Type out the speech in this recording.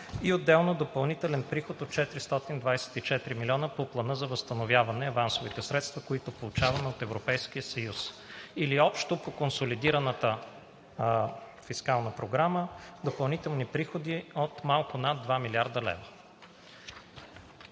и отделно допълнителен приход от 424 милиона по Плана за възстановяване – авансовите средства, които получаваме от Европейския съюз или общо по консолидираната фискална програма допълнителни приходи от малко над 2 млрд. лв.